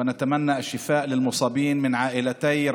ואנו מאחלים החלמה לפצועים משתי המשפחות,